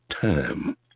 time